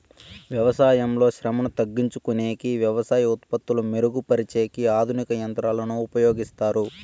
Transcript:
వ్యవసాయంలో శ్రమను తగ్గించుకొనేకి వ్యవసాయ ఉత్పత్తులు మెరుగు పరిచేకి ఆధునిక యంత్రాలను ఉపయోగిస్తారు